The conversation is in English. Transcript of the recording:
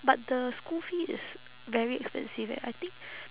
but the school fee is very expensive eh I think